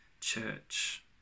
church